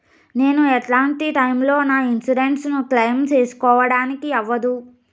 నేను ఎట్లాంటి టైములో నా ఇన్సూరెన్సు ను క్లెయిమ్ సేసుకోవడానికి అవ్వదు?